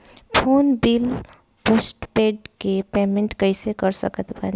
Phone bill postpaid के payment कैसे कर सकत बानी?